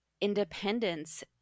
independence